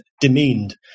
demeaned